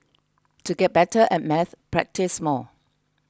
to get better at maths practise more